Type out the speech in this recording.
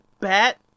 bat